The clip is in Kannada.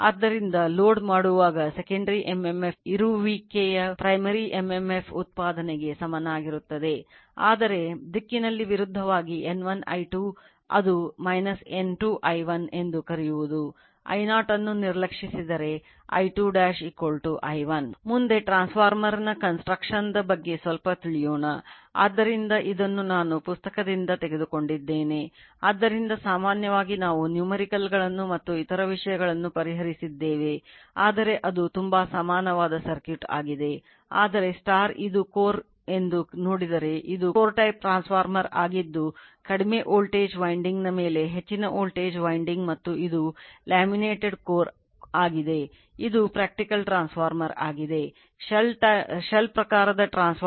ಆದ್ದರಿಂದ secondary ಉತ್ಪಾದನೆಗೆ ಸಮನಾಗಿರುತ್ತದೆ ಆದರೆ ದಿಕ್ಕಿನಲ್ಲಿ ವಿರುದ್ಧವಾಗಿ N1 I2 ಅದು N2 I2 ಎಂದು ಕರೆಯುವುದು I0 ಅನ್ನು ನಿರ್ಲಕ್ಷಿಸಿದರೆ I2 I1